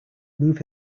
move